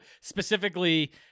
specifically